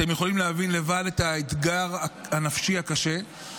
אתם יכולים להבין לבד את האתגר הנפשי הקשה.